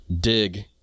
dig